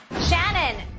Shannon